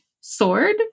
sword